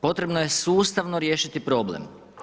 Potrebno je sustavno riješiti problem.